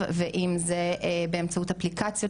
ויומצאו גם בעתיד.